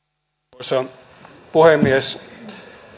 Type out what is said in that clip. arvoisa puhemies